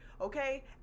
Okay